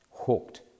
hooked